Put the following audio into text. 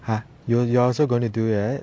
!huh! you are also gonna do it